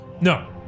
No